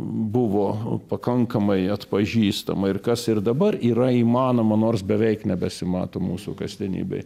buvo pakankamai atpažįstama ir kas ir dabar yra įmanoma nors beveik nebesimato mūsų kasdienybėj